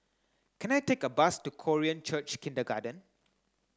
can I take a bus to Korean Church Kindergarten